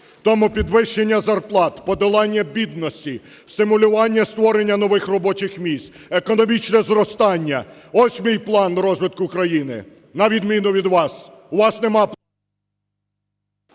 Тому підвищення зарплат, подолання бідності, стимулювання створення нових робочих місць, економічне зростання – ось мій план розвитку країни, на відміну від вас. У вас нема…